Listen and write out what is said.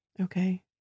Okay